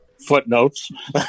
footnotes